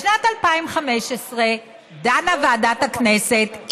בשנת 2015 ועדת הכנסת,